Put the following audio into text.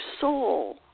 soul